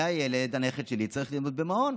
הילד, הנכד שלי, צריך להיות במעון.